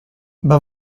ben